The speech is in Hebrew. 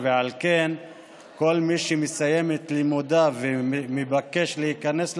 ועל כן כל מי שמסיים את לימודיו ומבקש להיכנס למערכת,